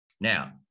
Now